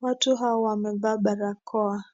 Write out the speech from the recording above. Watu hawa wamevaa barakoa.